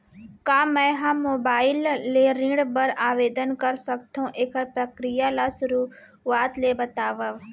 का मैं ह मोबाइल ले ऋण बर आवेदन कर सकथो, एखर प्रक्रिया ला शुरुआत ले बतावव?